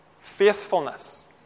faithfulness